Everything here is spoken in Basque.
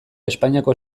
espainiako